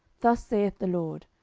thus saith the lord,